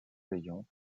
veillon